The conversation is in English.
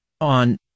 on